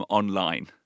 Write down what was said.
online